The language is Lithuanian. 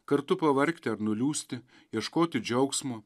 kartu pavargti ar nuliūsti ieškoti džiaugsmo